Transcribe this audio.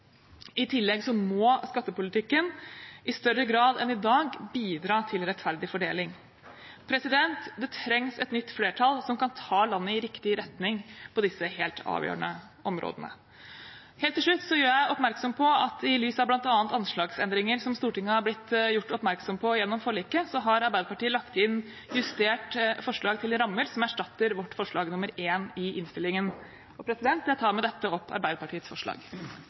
I tillegg må skattepolitikken i større grad enn i dag bidra til rettferdig fordeling. Det trengs et nytt flertall, som kan ta landet i riktig retning på disse helt avgjørende områdene. Helt til slutt gjør jeg oppmerksom på at i lys av bl.a. anslagsendringer som Stortinget har blitt gjort oppmerksom på gjennom forliket, har Arbeiderpartiet lagt inn et justert forslag til rammer som erstatter vårt forslag, nr. 1, i innstillingen. Jeg tar med dette opp Arbeiderpartiets forslag.